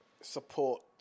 Support